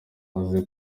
aze